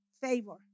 favor